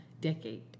decade